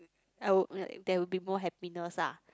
I would like there will be more happiness ah